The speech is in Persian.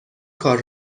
کار